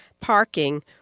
parking